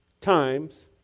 times